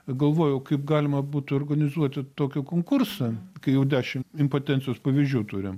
galvojau kaip galima būtų organizuoti tokį konkursą kai jau dešim impotencijos pavyzdžių turem